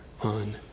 on